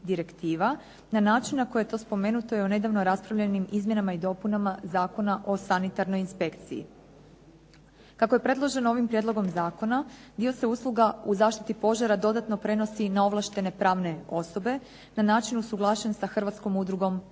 na način na koji je spomenuto je u nedavno raspravljenim izmjenama i dopunama Zakona o sanitarnoj inspekciji. Kako je predloženo ovim prijedlogom zakona, dio se usluga u zaštiti požara dodatno prenosi na ovlaštene pravne osobe, na način usuglašen sa Hrvatskom udrugom poslodavaca.